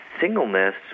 singleness